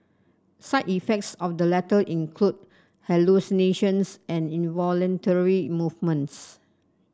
side effects of the latter include hallucinations and involuntary movements